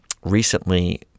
Recently